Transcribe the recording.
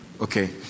okay